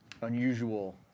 unusual